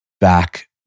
back